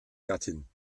gattin